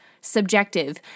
subjective